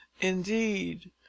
indeed